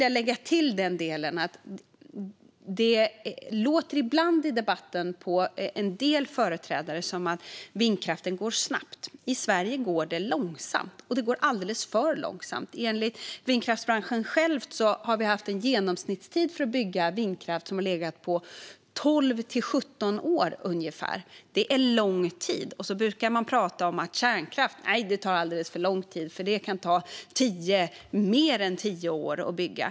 Det låter ibland i debatten på en del företrädare som att det går snabbt att bygga vindkraft. Men i Sverige går det långsamt, alldeles för långsamt. Enligt vindkraftsbranschen själv har vi haft en genomsnittstid för att bygga vindkraft som legat på ungefär 12-17 år. Det är lång tid. Man brukar prata om att kärnkraft tar alldeles för lång tid att bygga för att det kan ta mer än 10 år. Herr talman!